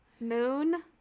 Moon